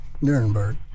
Nuremberg